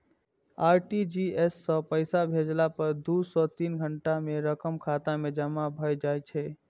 RTGS सं पैसा भेजला पर दू सं तीन घंटा मे रकम खाता मे जमा भए जाइ छै